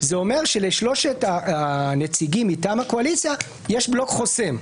זה אומר שלשלושת הנציגים מטעם הקואליציה יש בלוק חוסם.